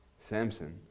Samson